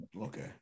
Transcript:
Okay